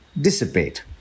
dissipate